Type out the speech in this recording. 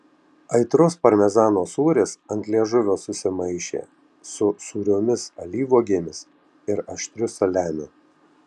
aitrus parmezano sūris ant liežuvio susimaišė su sūriomis alyvuogėmis ir aštriu saliamiu